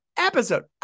episode